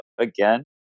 again